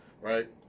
Right